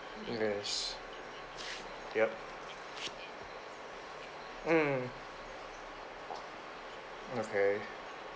yes yup mm okay